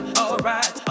alright